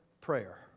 prayer